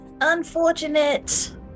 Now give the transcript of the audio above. Unfortunate